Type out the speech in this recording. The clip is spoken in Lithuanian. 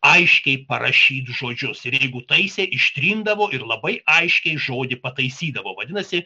aiškiai parašyt žodžius ir jeigu taisė ištrindavo ir labai aiškiai žodį pataisydavo vadinasi